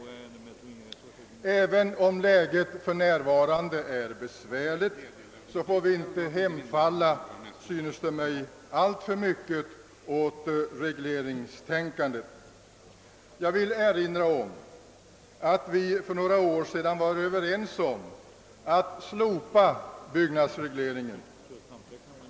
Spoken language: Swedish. Även om läget är besvärande får vi inte alltför mycket hemfalla åt regleringstänkande. Jag vill erinra om att vi för några år sedan var överens om att slopa byggnadsregleringen.